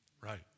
right